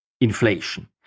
inflation